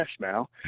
now